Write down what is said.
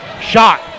shot